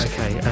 Okay